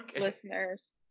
listeners